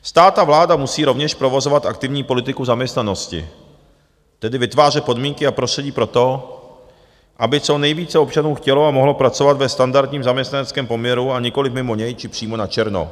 Stát a vláda musí rovněž provozovat aktivní politiku zaměstnanosti, tedy vytvářet podmínky a prostředí pro to, aby co nejvíce občanů chtělo a mohlo pracovat ve standardním zaměstnaneckém poměru, nikoliv mimo něj či přímo načerno.